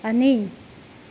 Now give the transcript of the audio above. ꯑꯅꯤ